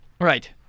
Right